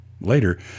Later